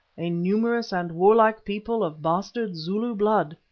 a numerous and warlike people of bastard zulu blood.